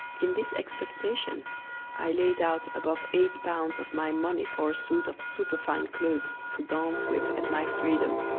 in this expectation i laid out above eight pounds of my money for a suit of superfine clothes to dance with at my freedom,